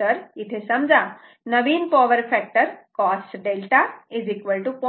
तर इथे समजा नवीन पॉवर फॅक्टर cos 𝛅 0